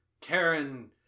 karen